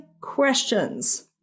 questions